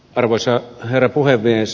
arvoisa herra puhemies